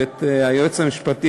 ואת היועץ המשפטי,